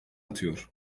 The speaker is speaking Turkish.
atıyor